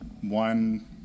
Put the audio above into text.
one